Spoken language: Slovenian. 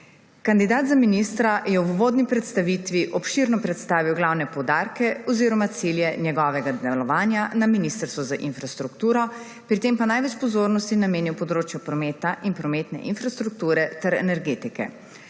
Kandidat za ministra je v uvodni predstavitvi obširno predstavil glavne poudarke oziroma cilje njegovega delovanja na Ministrstvu za infrastrukturo, pri tem pa največ pozornosti namenil področju prometa in prometne infrastrukture ter energetike.